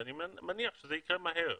ואני מניח שזה ייצא מהר.